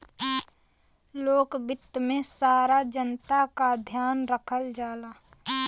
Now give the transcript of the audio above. लोक वित्त में सारा जनता क ध्यान रखल जाला